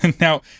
Now